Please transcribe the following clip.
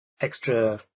extra